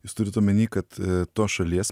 jūs turit omeny kad tos šalies